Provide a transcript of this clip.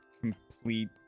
complete